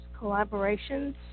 collaborations